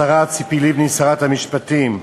השרה ציפי לבני, שרת המשפטים,